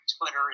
Twitter